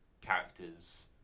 characters